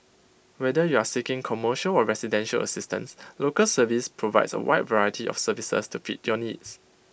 whether you are seeking commercial or residential assistance Local Service provides A wide variety of services to fit your needs